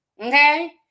Okay